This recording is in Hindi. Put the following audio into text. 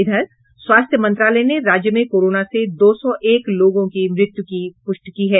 इधर स्वास्थ्य मंत्रालय ने राज्य में कोरोना से दो सौ एक लोगों की मृत्यू की प्रष्टि की है